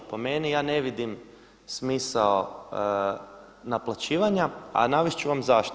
Po meni ja ne vidim smisao naplaćivanja, a navest ću vam zašto.